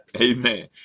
Amen